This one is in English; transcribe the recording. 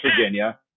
virginia